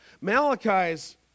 Malachi's